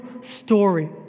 story